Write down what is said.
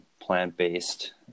plant-based